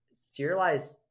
serialized